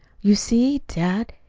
you see, dad,